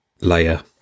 layer